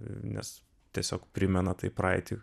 nes tiesiog primena tai praeitį